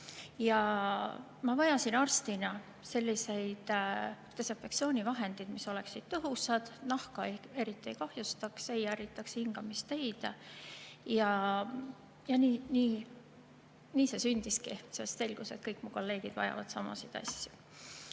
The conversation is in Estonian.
Ma vajasin arstina selliseid desinfektsioonivahendeid, mis oleksid tõhusad, nahka eriti ei kahjustaks, ei ärritaks hingamisteid. Ja nii see sündiski, sest selgus, et kõik mu kolleegid vajavad samasid asju.